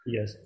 Yes